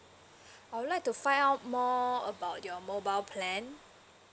I would like to find out more about your mobile plan